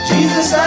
Jesus